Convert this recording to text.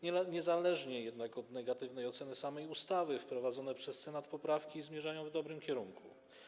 Niezależnie jednak od negatywnej oceny samej ustawy wprowadzone przez Senat poprawki zmierzają w dobrym kierunku.